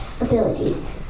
abilities